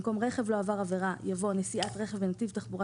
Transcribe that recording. במקום "רכב לא עבר עבירה" יבוא "נסיעת רכב בנתיב תחבורה